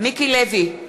מיקי לוי,